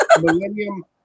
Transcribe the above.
millennium